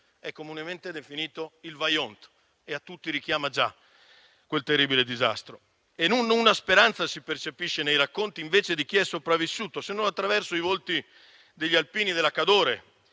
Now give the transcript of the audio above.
è comunemente chiamato il Vajont e a tutti richiama già quel terribile disastro. Non una speranza si percepisce nei racconti di chi è sopravvissuto, se non attraverso i volti degli alpini della Cadore,